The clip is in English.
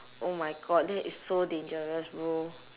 oh my god that is so dangerous bro